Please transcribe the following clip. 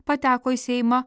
pateko į seimą